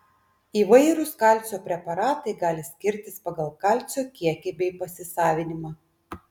įvairūs kalcio preparatai gali skirtis pagal kalcio kiekį bei pasisavinimą